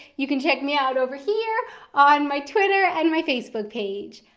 you can check me out over here on my twitter and my facebook page.